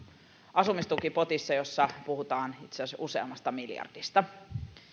asumistukipotissa jossa puhutaan itse asiassa useammasta miljardista